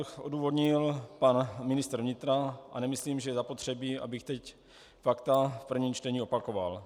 Návrh odůvodnil pan ministr vnitra a nemyslím, že je zapotřebí, abych teď fakta v prvním čtení opakoval.